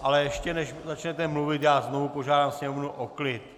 Ale ještě než začnete mluvit, já znovu požádám sněmovnu o klid.